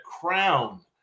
crown